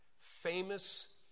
Famous